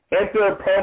Enter